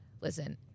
listen